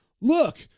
look